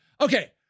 Okay